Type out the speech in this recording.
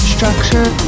Structure